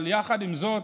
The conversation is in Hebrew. אבל יחד עם זאת,